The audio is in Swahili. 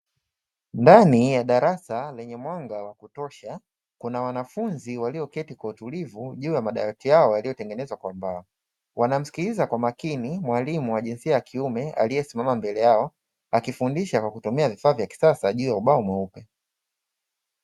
Ndani ya darasa lenye mwanga wakutosha kuna wanafunzi walioketi kwa utulivu juu ya madawati yao yaliyotengenezwa kwa mbao, wanamsikiliza kwa makini mwalimu wa jinsia ya kiume aliesimama mbele yao, akifundisha kwakutumia vifaa vya kisasa juu ya ubao mweupe.